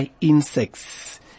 insects